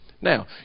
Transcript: Now